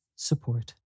Support